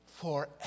forever